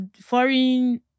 foreign